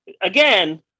again